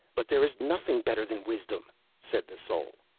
but there is nothing better than wisdom said the soul.